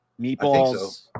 Meatballs